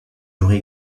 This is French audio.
nourrit